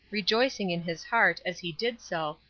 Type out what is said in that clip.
rejoicing in his heart, as he did so,